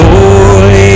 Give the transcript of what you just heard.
boy